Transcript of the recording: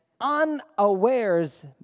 unawares